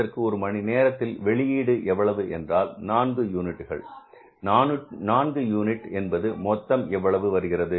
இதற்கு ஒரு மணி நேரத்தில் வெளியீடு எவ்வளவு என்றால் 4 யூனிட் 4 யூனிட் என்பது மொத்தம் எவ்வளவு வருகிறது